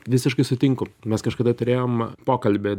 visiškai sutinku mes kažkada turėjom pokalbį